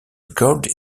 recorded